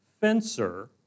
fencer